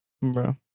Bro